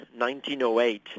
1908